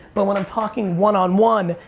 but when i'm talking one on one,